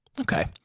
Okay